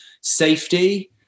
safety